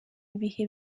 ibihe